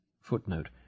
Footnote